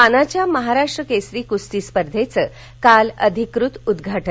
मानाच्या महाराष्ट्र केसरी कुस्ती स्पर्धेचं काल अधिकृत उदघाटन